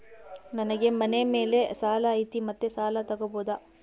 ನನಗೆ ಮನೆ ಮೇಲೆ ಸಾಲ ಐತಿ ಮತ್ತೆ ಸಾಲ ತಗಬೋದ?